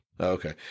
Okay